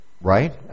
right